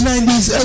90s